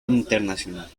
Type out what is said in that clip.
internacional